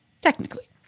Technically